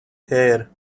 hair